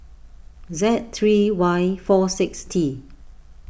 Z three Y four six T